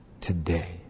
today